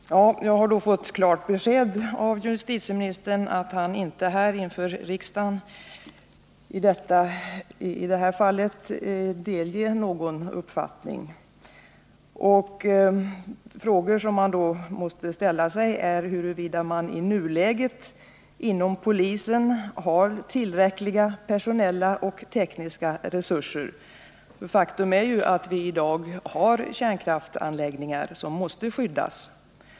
Herr talman! Jag har nu fått klart besked av justitieministern att han i detta fallinte vill delge riksdagen någon uppfattning. En fråga som då måste ställas är om polisen i nuläget har tillräckliga personella och tekniska resurser för detta arbete. Faktum är ju att vi i dag har kärnkraftsanläggningar som måste skyddas.